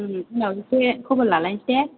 उनाव एसे खबर लालायनोसै दे